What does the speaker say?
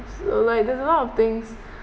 so like there's a lot of things